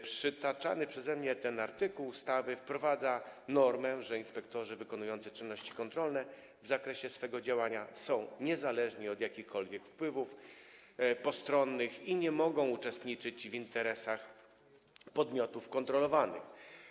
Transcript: Przytaczany przeze mnie artykuł ustawy wprowadza normę, że inspektorzy wykonujący czynności kontrolne w zakresie swego działania są niezależni od jakichkolwiek wpływów postronnych i nie mogą uczestniczyć w interesach podmiotów kontrolowanych.